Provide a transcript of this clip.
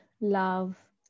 love